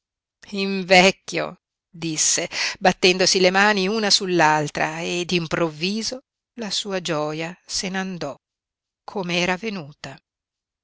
invecchio disse battendosi le mani una sull'altra e d'improvviso la sua gioia se n'andò com'era venuta